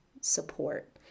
support